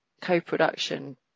co-production